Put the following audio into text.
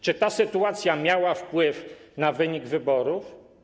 Czy ta sytuacja miała wpływ na wynik wyborów?